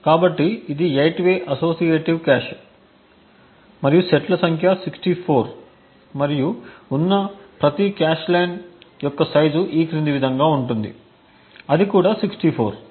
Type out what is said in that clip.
కాబట్టి ఇది 8 way associative cache మరియు సెట్ల సంఖ్య 64 మరియు ఉన్న ప్రతి కాష్ లైన్ యొక్క సైజు ఈ క్రింది విధంగా ఉంటుంది అది కూడా 64